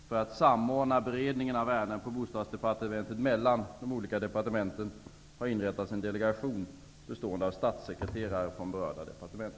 För att samordna beredningen av ärenden på bostadsområdet mellan de olika departementen har inrättats en delegation bestående av statssekreterare från berörda departement.